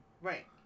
Right